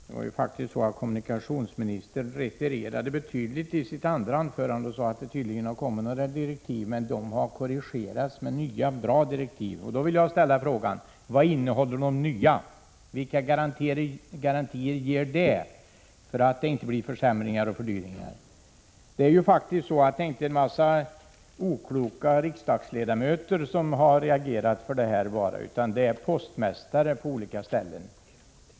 Fru talman! Kommunikationsministern retirerade faktiskt betydligt i sitt andra anförande och sade att det tydligen har kommit direktiv men att de har korrigerats med nya bra direktiv. Då vill jag fråga: Vad innehåller de nya direktiven? Vilka garantier ger de för att det inte blir försämringar och fördyringar? Det är faktiskt inte bara en massa okloka riksdagsledamöter som har reagerat för detta, utan det är också postmästare på olika ställen.